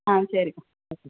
ஆ சரிக்கா வெச்சிருங்க